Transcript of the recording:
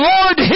Lord